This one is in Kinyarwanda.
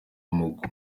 mugo